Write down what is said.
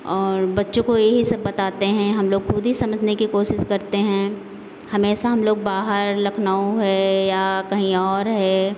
और बच्चों को यही सब बताते हैं हम लोग खुद ही समझने की कोशिश करते हैं हमेशा हम लोग बाहर लखनऊ है या कहीं और है